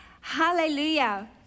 Hallelujah